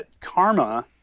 Karma